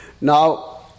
Now